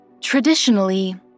Traditionally